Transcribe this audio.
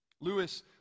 Lewis